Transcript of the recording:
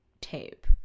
tape